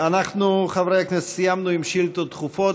אנחנו, חברי הכנסת, סיימנו עם שאילתות דחופות.